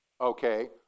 Okay